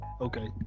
Okay